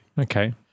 Okay